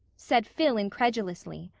said phil incredulously.